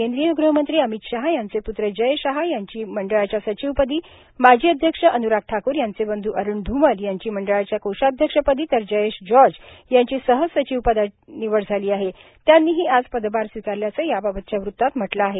केंद्रीय गृहमंत्री अमित शहा यांचे पूत्र जय शहा यांची मंडळाच्या सचिवपदी माजी अध्यक्ष अन्राग ठाकूर यांचे बंधू अरुण धूमल यांची मंडळाच्या कोषाध्यक्षपदी तर जयेश जॉर्ज यांची सहसचिव पदी निवड झाली आहे त्यांनीही आज पदभार स्वीकारल्याचं याबाबतच्या वृतात म्हटलं आहे